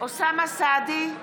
אוסאמה סעדי,